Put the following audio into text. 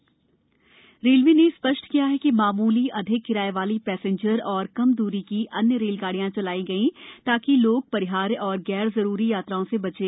railway किराया railway ने स्पष्ट किया है कि मामूली अधिक किराये वाली पैसेंजर और कम दूरी की अन्य रेलगाडियां चलाई गई ताकि लोग परिहार्य और गैरजरूरी यात्राओं से बचें